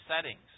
settings